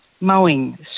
mowing